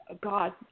God